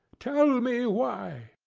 tell me why?